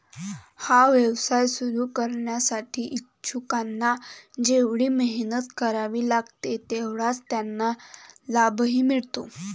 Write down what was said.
हा व्यवसाय सुरू करण्यासाठी इच्छुकांना जेवढी मेहनत करावी लागते तेवढाच त्यांना लाभही मिळतो